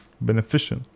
beneficial